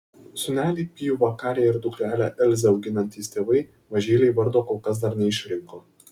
sūnelį pijų vakarį ir dukrelę elzę auginantys tėvai mažylei vardo kol kas dar neišrinko